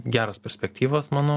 geros perspektyvos manau